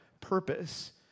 purpose